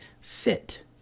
fit